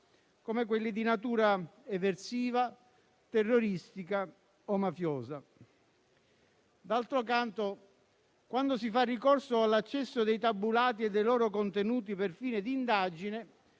come quelli di natura eversiva, terroristica o mafiosa. D'altro canto, quando si fa ricorso all'accesso dei tabulati e dei loro contenuti per fine di indagine